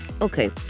Okay